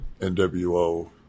NWO